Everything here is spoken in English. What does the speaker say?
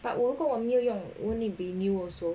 but 如果我没有用 won't it be new also